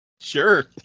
Sure